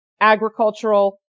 agricultural